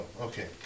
okay